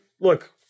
look